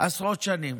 עשרות שנים.